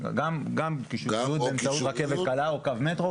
גם קישוריות באמצעות רכבת קלה או קו מטרו,